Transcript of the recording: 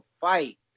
fight